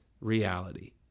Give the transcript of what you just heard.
reality